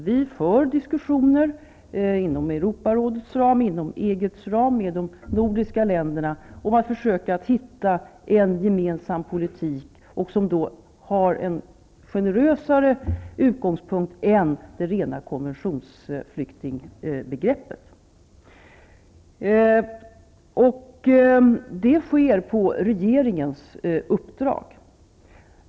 Vi för diskussioner inom Europarådets och EG:s ram och med nordiska länderna. Vi försöker skapa en gemensam politik som har en generösare utgångspunkt än det rena konventionsflyktingbegreppet. Det sker på regeringens uppdrag.